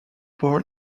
born